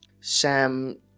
Sam